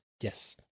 Yes